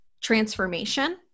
transformation